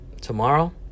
Tomorrow